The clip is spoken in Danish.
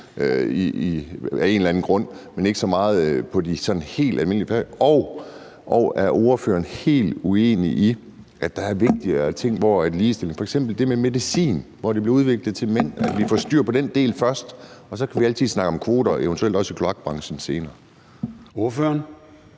af en eller anden grund, men ikke så meget på de sådan helt almindelige fag? Og er ordføreren helt uenig i, at der er vigtigere ting i ligestillingen, f.eks. det med medicin, hvor det bliver udviklet til mænd, så vi får styr på den del først, og så kan vi altid snakke om kvoter, eventuelt også i kloakbranchen, senere. Kl.